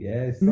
Yes